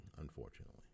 unfortunately